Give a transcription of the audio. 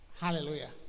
Hallelujah